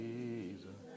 Jesus